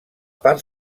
part